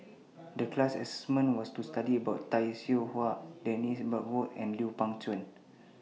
The class was to study about Tay Seow Huah Dennis Bloodworth and Lui Pao Chuen